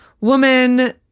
woman